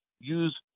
use